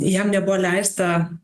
jam nebuvo leista